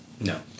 No